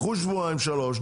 קחו שבועיים-שלושה,